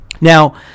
Now